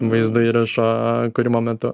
vaizdo įrašo kūrimo metu